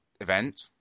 event